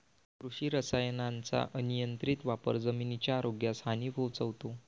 कृषी रसायनांचा अनियंत्रित वापर जमिनीच्या आरोग्यास हानी पोहोचवतो